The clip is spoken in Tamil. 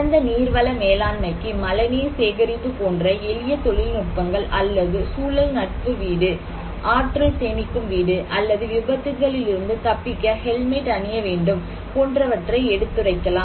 சிறந்த நீர்வள மேலாண்மைக்கு மழைநீர் சேகரிப்பு போன்ற எளிய தொழில்நுட்பங்கள் அல்லது சூழல் நட்பு வீடு ஆற்றல் சேமிக்கும் வீடு அல்லது விபத்துக்களில் இருந்து தப்பிக்க ஹெல்மெட் அணிய வேண்டும் போன்றவற்றை எடுத்துரைக்கலாம்